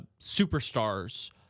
superstars